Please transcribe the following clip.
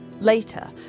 Later